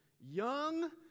Young